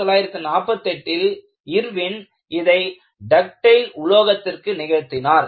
1948 ல் இர்வின் இதை டக்டைல் உலோகத்திற்கு நிகழ்த்தினார்